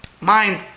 Mind